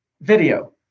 video